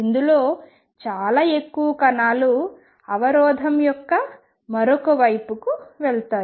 ఇందులో చాలా ఎక్కువ కణాలు అవరోధం యొక్క మరొక వైపుకు వెళ్తాయి